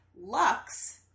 Lux